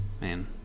man